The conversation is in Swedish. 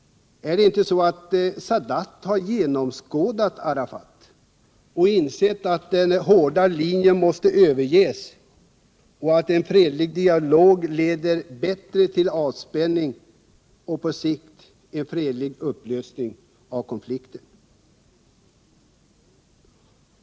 Är det inte så att Sadat har genomskådat Arafat och insett att den ”hårda linjen” måste överges samt att en fredlig dialog bättre leder till avspänning och på sikt till en fredlig upplösning av konflikten?